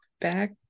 back